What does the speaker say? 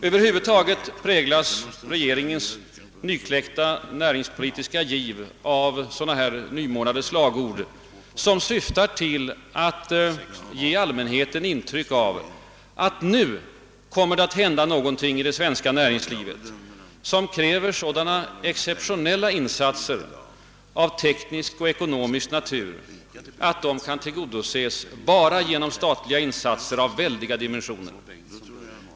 Över huvud taget präglas regeringens nykläckta näringspolitiska giv av sådana här nymornade slagord, som syftar till att ge allmänheten intryck av att det nu kommer att hända någonting i det svenska näringslivet som kräver sådana exceptionella insatser av teknisk och ekonomisk natur att de kan tillgodoses bara genom statliga insatser av väldiga dimensioner.